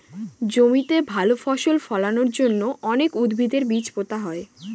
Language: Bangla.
জমিতে ভালো ফসল ফলানোর জন্য অনেক উদ্ভিদের বীজ পোতা হয়